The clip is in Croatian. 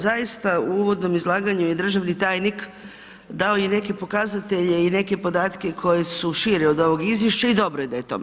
Zaista u uvodnom izlaganju je državni tajnik dao i neke pokazatelje i neke podatke koji su širi od ovog izvješća i dobro je da je tome.